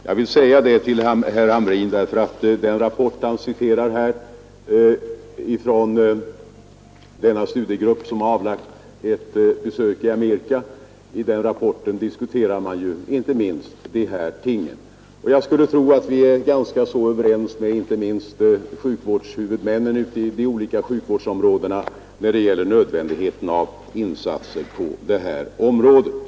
Jag vill säga detta till herr Hamrin, eftersom man i den rapport som han citerat ur — från den studiegrupp som har avlagt besök i Amerika — diskuterar inte minst de här tingen. Jag skulle tro att vi är ganska överens, inte minst med sjukvårdshuvudmännen ute i de olika sjukvårdsområdena, om nödvändigheten av insatser på det här området.